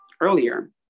earlier